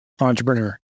entrepreneur